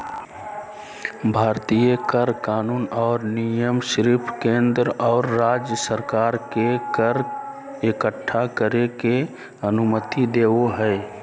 भारतीय कर कानून और नियम सिर्फ केंद्र और राज्य सरकार के कर इक्कठा करे के अनुमति देवो हय